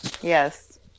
Yes